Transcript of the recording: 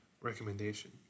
recommendation